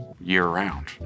year-round